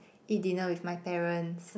eat dinner with my parents